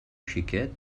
xiquet